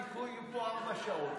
חבריי חברי הכנסת,